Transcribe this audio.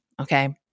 okay